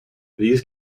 these